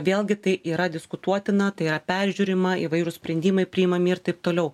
vėlgi tai yra diskutuotina tai yra peržiūrima įvairūs sprendimai priimami ir taip toliau